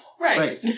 Right